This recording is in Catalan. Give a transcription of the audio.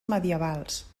medievals